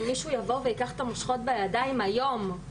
אם מישהו יבוא וייקח את המושכות לידיים היום,